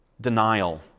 denial